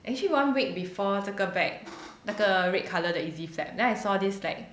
actually one week before 这个 bag 那个 red colour 的 easy flap then I saw this like